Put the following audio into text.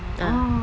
ah